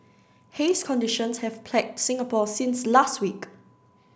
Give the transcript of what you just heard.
haze conditions have plagued Singapore since last week